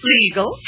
legal